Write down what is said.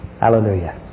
Hallelujah